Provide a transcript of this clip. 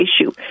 issue